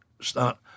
start